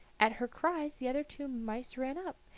at her cries the other two mice ran up.